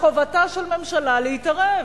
מחובתה של ממשלה, להתערב.